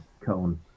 cone